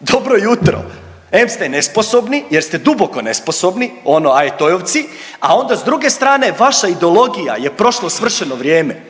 dobro jutro. Em ste nesposobni jer ste duboko nesposobni, ono ajetojovci, a onda s druge strane vaša ideologija je prošlo svršeno vrijeme.